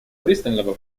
пристального